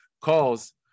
calls